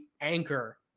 anchor